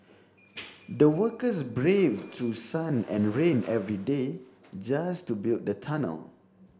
the workers braved through sun and rain every day just to build the tunnel